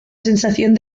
sensación